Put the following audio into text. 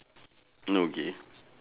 no okay